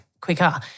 quicker